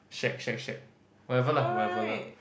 shag shag shag whatever lah whatever lah